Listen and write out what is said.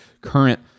current